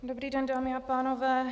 Dobrý den, dámy a pánové.